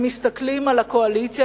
הם מסתכלים על הקואליציה,